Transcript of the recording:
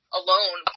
alone